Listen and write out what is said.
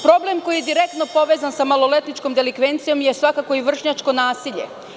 Problem koji je direktno povezan sa maloletničkom delikvencijom je svakako i vršnjačko nasilje.